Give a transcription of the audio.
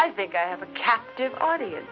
i think i have a captive audience